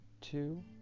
Two